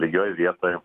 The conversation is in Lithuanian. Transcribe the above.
lygioj vietoj